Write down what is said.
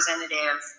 representative